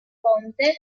ponte